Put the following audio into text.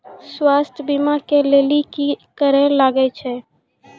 स्वास्थ्य बीमा के लेली की करे लागे छै?